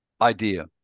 idea